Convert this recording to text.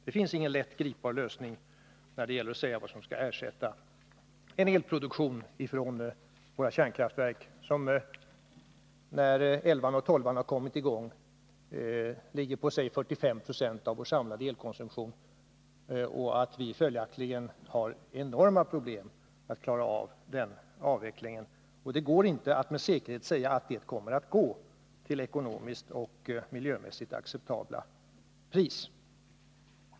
Det finns ingen lätt gripbar lösning när det gäller vad som skall ersätta elproduktionen från våra kärnkraftverk, som när reaktorerna 11 och 12 har kommit i gång uppgår till ca 45 Jo av vår samlade elkonsumtion. Vi kommer följaktligen att ha enorma problem med att klara denna avveckling. Man kan inte med säkerhet säga att det går att göra det till ett ekonomiskt och miljömässigt acceptabelt pris.